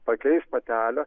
pakeis patelę